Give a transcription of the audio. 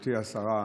גברתי השרה,